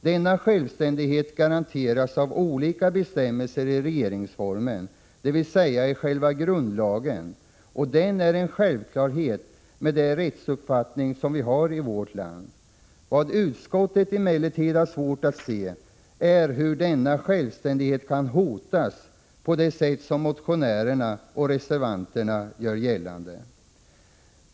Denna självständighet garanteras av olika bestämmelser i regeringsformen, dvs. i själva grundlagen, och den är en självklarhet med den rättsuppfattning som vi har i vårt land. Vad utskottet emellertid har svårt att se är hur denna självständighet kan hotas på det sätt som motionärerna och reservanterna gör gällande.